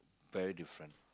very different